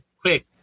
quick